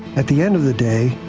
at the end of the day,